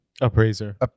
Appraiser